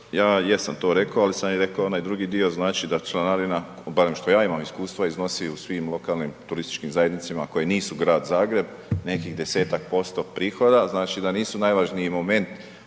ja jesam to rekao, ali sam i rekao onaj drugi dio, znači da članarina, barem što ja imam iskustva iznosi u svim lokalnim turističkim zajednicama, koje nisu Grad Zagreb, nekih 10-tak posto prihoda. Znači da nisu najvažniji moment